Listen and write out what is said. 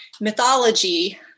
mythology